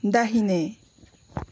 दाहिने